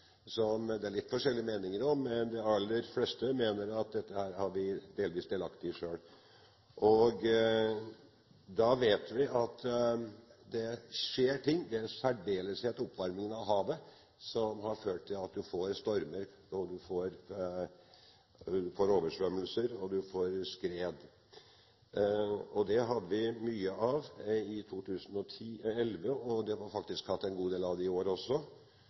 som det er litt forskjellige meninger om, men de aller fleste mener at dette her er vi delvis delaktige i selv. Da vet vi at det skjer ting. Det er i særdeleshet oppvarming av havet, som har ført til at du får stormer, oversvømmelser og skred. Det hadde vi mye av i 2011, og vi har faktisk hatt en god del av det i år også.